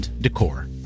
Decor